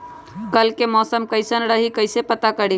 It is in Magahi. कल के मौसम कैसन रही कई से पता करी?